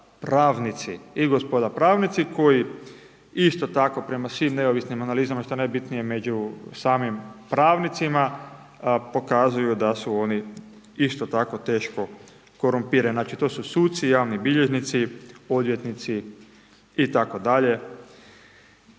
I gospoda pravnici, koji isto tako prema svim neovisnim analizama, što je najbitnije prema samim pravnicima, pokazuju da su oni isto tako teško korumpirani. To su suci, javni bilježnici, odvjetnici itd.